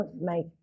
make